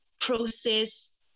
process